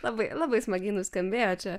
labai labai smagiai nuskambėjo čia